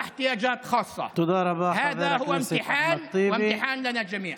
ואנחנו בחברה הערבית,